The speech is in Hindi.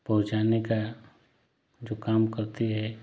पहुँचाने का जो काम करती है